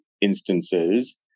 instances